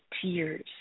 tears